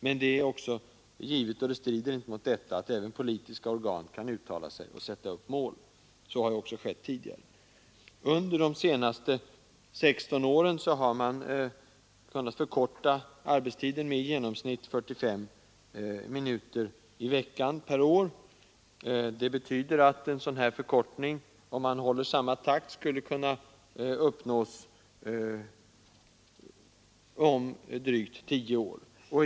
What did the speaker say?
Men det är också givet — och det strider inte mot det uttalandet — att även politiska organ kan uttala sig och sätta upp mål. Så har skett tidigare. Under de senaste 16 åren har man kunnat förkorta arbetstiden med i genomsnitt 45 minuter i veckan per år. Det betyder att en sådan här förkortning, om man håller samma takt, skulle kunna uppnås om drygt tio år.